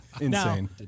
Insane